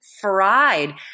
fried